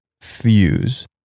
Fuse